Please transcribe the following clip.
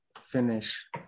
finish